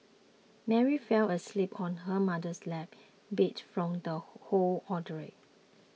Mary fell asleep on her mother's lap beat from the whole ordeal